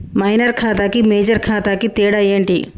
Minor ఖాతా కి major ఖాతా కి తేడా ఏంటి?